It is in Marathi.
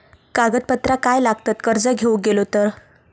कागदपत्रा काय लागतत कर्ज घेऊक गेलो तर?